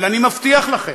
אבל אני מבטיח לכם,